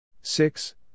six